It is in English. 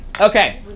Okay